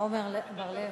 עמר בר-לב,